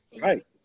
Right